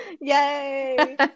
Yay